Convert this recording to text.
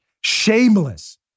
Shameless